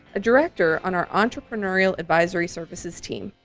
a director on our entrepreneurial advisory services team.